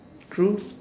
true